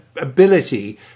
ability